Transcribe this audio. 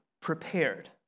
prepared